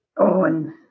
on